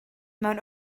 mewn